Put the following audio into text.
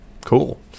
cool